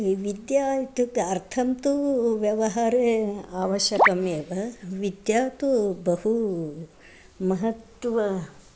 विद्या इत्युक्ते अर्थं तु व्यवहारे आवश्यकमेव विद्या तु बहू महत्त्वम्